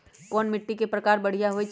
कोन मिट्टी के प्रकार बढ़िया हई?